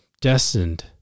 destined